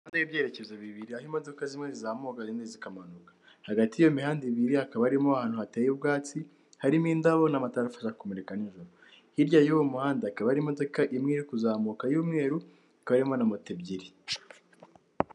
Umuhanda w'ibyerekezo bibiri aho imodoka zimwe zizamuka ine zikamanuka hagati y'iyo mihanda ibiri hakaba arimo ahantu hateye ubwatsi harimo indabo n'amatara afasha kumurika nijoro hirya y'uwo muhanda hakaba hari imodoka imwe iri kuzamuka y'umweru ikarimo na moto ebyiri.